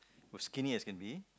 was skinny as can be